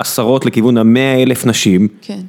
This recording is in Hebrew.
עשרות לכיוון המאה אלף נשים. כן.